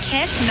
Kiss